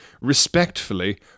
Respectfully